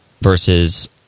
versus